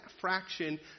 fraction